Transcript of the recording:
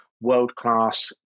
world-class